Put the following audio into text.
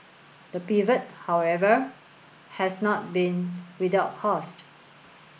the pivot however has not been without cost